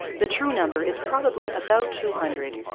the true number is probably about two hundred,